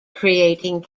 creating